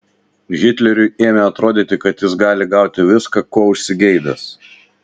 hitleriui ėmė atrodyti kad jis gali gauti viską ko užsigeidęs